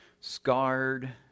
scarred